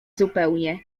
zupełnie